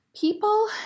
People